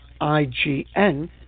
IGN